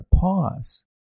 pause